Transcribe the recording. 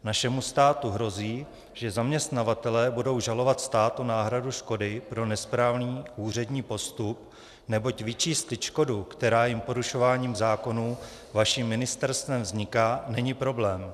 Našemu státu hrozí, že zaměstnavatelé budou žalovat stát o náhradu škody pro nesprávný úřední postup, neboť vyčíslit škodu, která jim porušováním zákonů vaším ministerstvem vzniká, není problém.